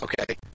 Okay